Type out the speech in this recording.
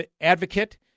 advocate